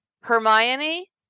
Hermione